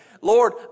Lord